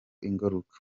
ingaruka